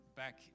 back